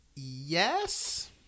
Yes